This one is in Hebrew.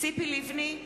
ציפי לבני,